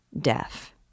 deaf